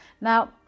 Now